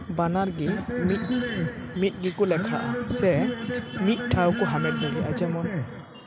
ᱵᱟᱱᱟᱨ ᱜᱮ ᱢᱤᱫ ᱜᱮᱠᱚ ᱞᱮᱠᱷᱟᱜᱼᱟ ᱢᱤᱫ ᱴᱷᱟᱶ ᱠᱚ ᱦᱟᱢᱮᱴ ᱫᱟᱲᱮᱭᱟᱜᱼᱟ ᱡᱚᱠᱷᱚᱱ